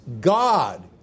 God